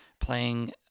playing